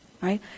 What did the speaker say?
right